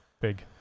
big